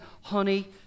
honey